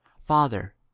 father